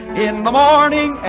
in the morning?